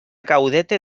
caudete